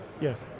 Yes